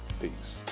Peace